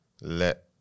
let